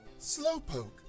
Slowpoke